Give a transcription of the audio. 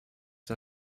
der